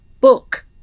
book